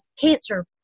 cancer